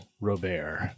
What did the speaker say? robert